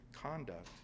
conduct